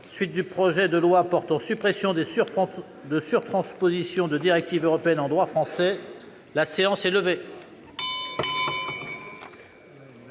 Suite du projet de loi portant suppression de sur-transpositions de directives européennes en droit français (procédure accélérée)